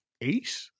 eight